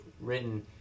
written